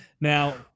Now